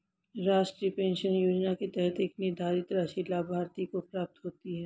राष्ट्रीय पेंशन योजना के तहत एक निर्धारित राशि लाभार्थियों को प्राप्त होती है